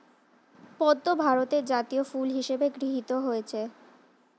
পদ্ম ভারতের জাতীয় ফুল হিসেবে গৃহীত হয়েছে